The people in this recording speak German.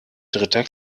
dritter